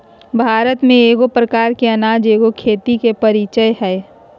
भारत में एगो प्रकार के अनाज एगो खेती के परीचय हइ